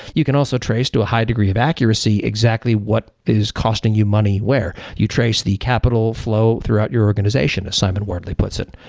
you can also trace to a high degree of accuracy exactly what it is costing you money where. you trace the capital flow throughout your organization, as simon wardley puts it.